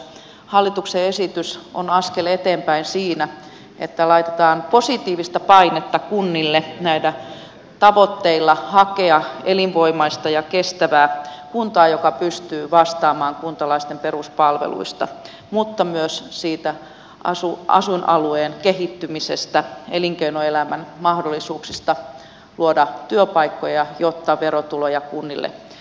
hallituksen esitys on askel eteenpäin siinä että laitetaan positiivista painetta kunnille näillä tavoitteilla hakea elinvoimaista ja kestävää kuntaa joka pystyy vastaamaan kuntalaisten peruspalveluista mutta myös siitä asuinalueen kehittymisestä elinkeinoelämän mahdollisuuksista luoda työpaikkoja jotta verotuloja kunnille syntyy